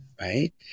right